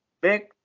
big